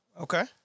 Okay